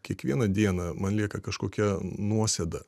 kiekvieną dieną man lieka kažkokia nuosėda